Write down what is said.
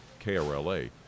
KRLA